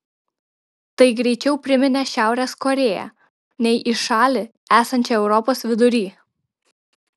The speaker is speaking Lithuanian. tai greičiau priminė šiaurės korėją nei į šalį esančią europos vidury